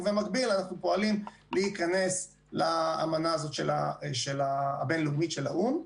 ובמקביל אנחנו פועלים להיכנס לאמנה הזאת הבין-לאומית של האו"ם.